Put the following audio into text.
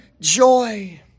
joy